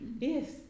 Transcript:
Yes